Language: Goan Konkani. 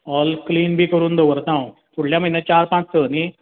हॉल क्लीन बी करून दवरता हांव फुडल्या म्हयन्या चार पांच स न्हय